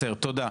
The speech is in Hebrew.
תודה.